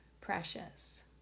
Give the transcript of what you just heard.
precious